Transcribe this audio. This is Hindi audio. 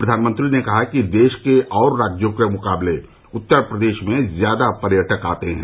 प्रधानमंत्री ने कहा कि देश के और राज्यों के मुकाबले उत्तर प्रदेश में ज्यादा पर्यटक आते हैं